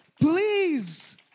Please